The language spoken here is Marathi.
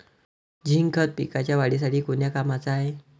झिंक खत पिकाच्या वाढीसाठी कोन्या कामाचं हाये?